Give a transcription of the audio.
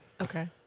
Okay